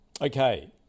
Okay